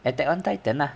attack on titan lah